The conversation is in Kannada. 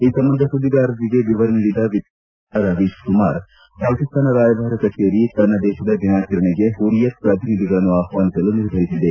ಈ ಸಂಬಂಧ ಸುದ್ದಿಗಾರರಿಗೆ ವಿವರ ನೀಡಿದ ವಿದೇಶಾಂಗ ಇಲಾಖೆಯ ವಕ್ತಾರ ರವೀಶ್ ಕುಮಾರ್ ಪಾಕಿಸ್ತಾನ ರಾಯಭಾರ ಕಚೇರಿ ತನ್ನ ದೇಶದ ದಿನಾಚರಣೆಗೆ ಹುರಿಯತ್ ಪ್ರತಿನಿಧಿಗಳನ್ನು ಆಹ್ವಾನಿಸಲು ನಿರ್ಧರಿಸಿದೆ